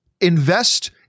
invest